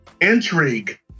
intrigue